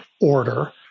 order